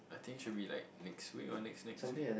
I think should be like next week or next next week